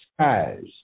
skies